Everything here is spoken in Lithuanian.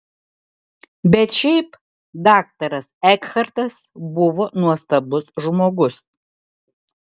bet šiaip daktaras ekhartas buvo nuostabus žmogus